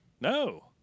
no